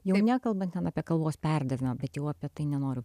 jau nekalbant ten apie kalbos perdavimą bet jau apie tai nenoriu